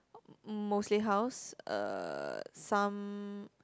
oh mostly house uh some